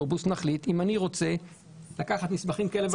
מחליט אם אני רוצה לקחת מסמכים כאלה.